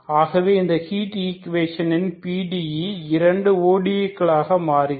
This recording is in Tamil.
ஆகவே அந்த ஹீட் ஈக்வடேஷனின் PDE இரண்டு ODE களாக மாறுகிறது